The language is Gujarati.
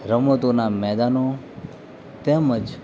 રમતોના મેદાનો તેમજ